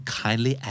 kindly